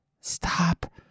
Stop